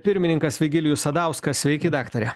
pirmininkas vigilijus sadauskas sveiki daktare